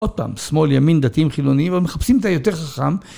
עוד פעם, שמאל-ימין, דתיים-חילוניים אבל מחפשים את היותר חכם.